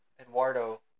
Eduardo